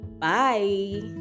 bye